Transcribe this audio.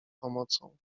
pomocą